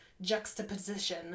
juxtaposition